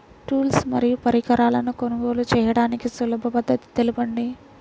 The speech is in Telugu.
టూల్స్ మరియు పరికరాలను కొనుగోలు చేయడానికి సులభ పద్దతి తెలపండి?